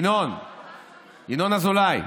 ינון אזולאי,